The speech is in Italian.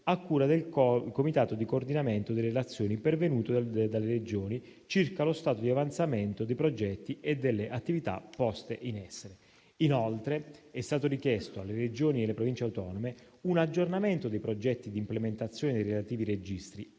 a cura del comitato di coordinamento, delle relazioni pervenute dalle Regioni circa lo stato di avanzamento dei progetti e delle attività poste in essere. Inoltre, è stato richiesto alle Regioni e alle Province autonome un aggiornamento dei progetti di implementazione dei relativi registri,